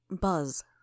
Buzz